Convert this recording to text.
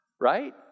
right